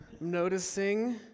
noticing